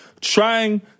trying